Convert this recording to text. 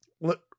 Look